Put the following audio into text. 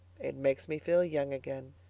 it makes me feel young again.